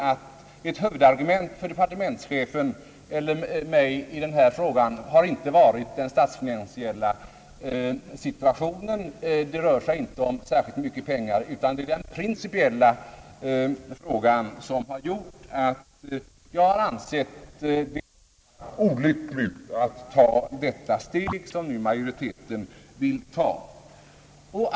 Ett huvudargument för mig i denna fråga har inte varit det statsfinansiella läget — det rör sig inte om särskilt mycket pengar — utan det är den principiella sidan av frågan som gjort att jag har ansett det vara olyckligt att ta det steg, som majoriteten nu vill ta.